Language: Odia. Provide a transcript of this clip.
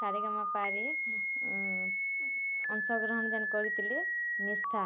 ସାରେଗାମାପାରେ ଅଂଶଗ୍ରହଣ ଯେନ୍ କରିଥିଲେ ନିସ୍ଥା